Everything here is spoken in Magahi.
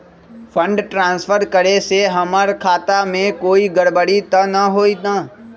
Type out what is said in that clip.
फंड ट्रांसफर करे से हमर खाता में कोई गड़बड़ी त न होई न?